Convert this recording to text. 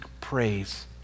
praise